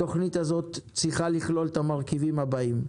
התוכנית הזאת צריכה לכלול את המרכיבים הבאים: